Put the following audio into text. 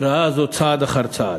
ראה זאת צעד אחר צעד.